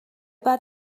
بعد